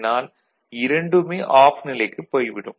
இதனால் இரண்டுமே ஆஃப் நிலைக்குப் போய்விடும்